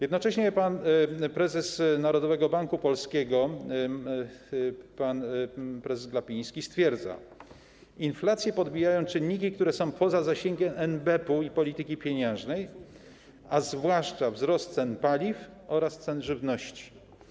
Jednocześnie pan prezes Narodowego Banku Polskiego, pan prezes Glapiński, stwierdza: Inflację podbijają czynniki, które są poza zasięgiem NBP-u i polityki pieniężnej, a zwłaszcza wzrost cen paliw oraz cen żywności.